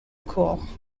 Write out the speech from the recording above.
encore